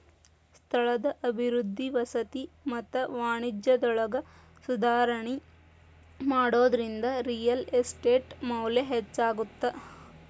ಸ್ಥಳದ ಅಭಿವೃದ್ಧಿ ವಸತಿ ಮತ್ತ ವಾಣಿಜ್ಯದೊಳಗ ಸುಧಾರಣಿ ಮಾಡೋದ್ರಿಂದ ರಿಯಲ್ ಎಸ್ಟೇಟ್ ಮೌಲ್ಯ ಹೆಚ್ಚಾಗತ್ತ